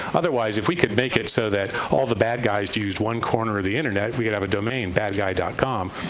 otherwise, if we could make it so that all the bad guys used one corner of the internet, we could have a domain, badguy yeah com.